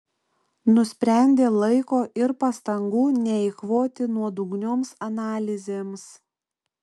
nusprendė laiko ir pastangų neeikvoti nuodugnioms analizėms